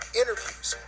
interviews